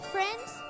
Friends